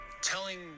telling